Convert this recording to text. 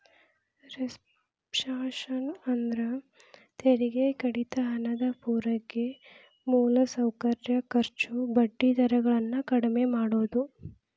reflation ಅಂದ್ರ ತೆರಿಗೆ ಕಡಿತ ಹಣದ ಪೂರೈಕೆ ಮೂಲಸೌಕರ್ಯ ಖರ್ಚು ಬಡ್ಡಿ ದರ ಗಳನ್ನ ಕಡ್ಮಿ ಮಾಡುದು